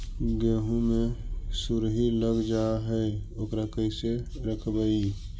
गेहू मे सुरही लग जाय है ओकरा कैसे रखबइ?